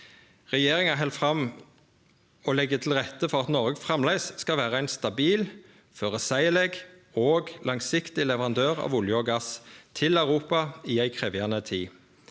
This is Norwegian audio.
Regjeringa held fram med å leggje til rette for at Noreg framleis skal vere ein stabil, føreseieleg og langsiktig leverandør av olje og gass til Europa i ei krevjande tid.